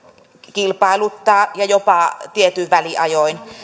kilpailuttaa ja jopa tietyin väliajoin